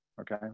okay